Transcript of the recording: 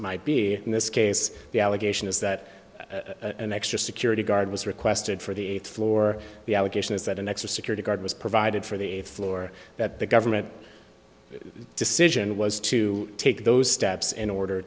might be in this case the allegation is that an extra security guard was requested for the floor the allegation is that an ex or security guard was provided for the floor that the government decision was to take those steps in order